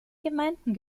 gemeinden